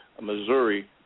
Missouri